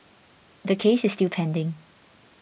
the case is still pending